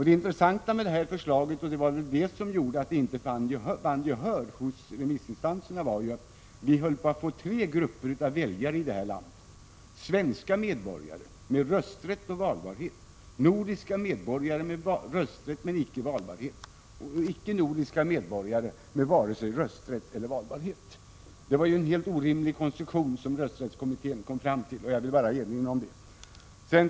Det intressanta med detta, och det som gjorde att förslaget inte vann gehör hos remissinstanserna, var att vi höll på att få tre grupper av väljare här i landet: svenska medborgare, med rösträtt och valbarhet, nordiska medborgare, med rösträtt men icke valbarhet, och utomnordiska medborgare, utan vare sig rösträtt eller valbarhet. Det var en helt orimlig konstruktion, som rösträttskommittén kom fram till. Jag ville bara erinra om detta. Herr talman!